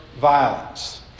violence